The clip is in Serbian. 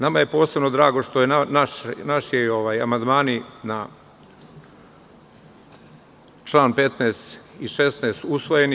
Nama je posebno drago što su naši amandmani na čl. 15. i 16. usvojeni.